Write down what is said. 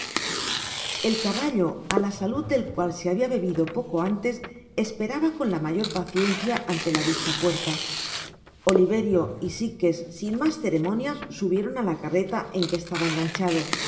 el caballo á la salud del cual se habia bebido poco antes esperaba con la mayor paciencia ante la dicha puerla oliverio y sites sin mas ceremonias subieron á la carreta en que estaba enganchado